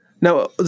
now